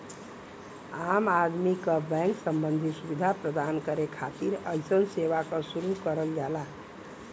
आम आदमी क बैंक सम्बन्धी सुविधा प्रदान करे खातिर अइसन सेवा क शुरू करल जाला